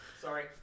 Sorry